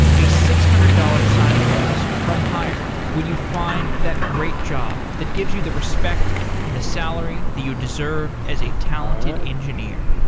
a six hundred dollars signing bonus from hired when you find that great job that gives you the respect and the salary that you deserve as a talented engineer.